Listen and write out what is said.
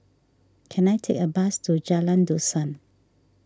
can I take a bus to Jalan Dusun